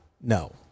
No